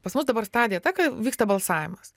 pas mus dabar stadija ta kad vyksta balsavimas